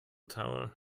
tower